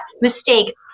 mistake